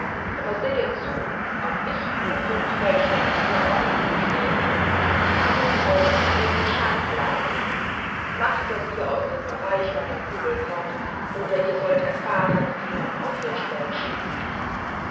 aber sehet zu auch ich habe fünf feldschlangen hier auf dem hof stehen und habe sie euch zu ehren scharf laden lassen machet daß ihr aus dem bereich meiner kugeln kommt oder ihr sollt erfahren wie man auf hirschberg schießt